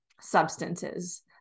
substances